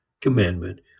commandment